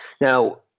Now